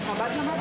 איך זה עובד?